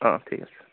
অ ঠিক আছে